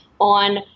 on